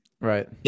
Right